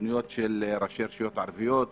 מכוניות של ראשי רשויות ערביות ואיומים.